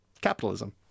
capitalism